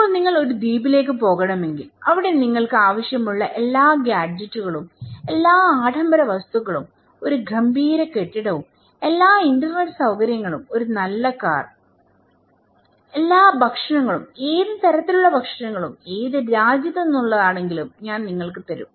ഇപ്പോൾ നിങ്ങൾ ഒരു ദ്വീപിലേക്ക് പോകണമെങ്കിൽ അവിടെ നിങ്ങൾക്ക് ആവശ്യമുള്ള എല്ലാ ഗാഡ്ജറ്റുകളും എല്ലാ ആഡംബര വസ്തുക്കളും ഒരു ഗംഭീര കെട്ടിടവും എല്ലാ ഇന്റർനെറ്റ് സൌകര്യങ്ങളും ഒരു നല്ല കാർ എന്നാൽ എല്ലാ ഭക്ഷണങ്ങളും ഏത് തരത്തിലുള്ള ഭക്ഷണങ്ങളും ഏത് രാജ്യത്ത് നിന്നുള്ളതാണെങ്കിലും ഞാൻ നിങ്ങൾക്ക് തരാം